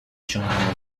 journal